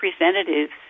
representatives